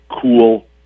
cool